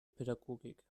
pädagogik